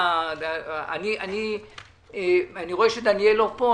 אני רואה שדניאל לא כאן.